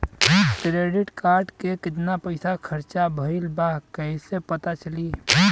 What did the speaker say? Credit card के कितना पइसा खर्चा भईल बा कैसे पता चली?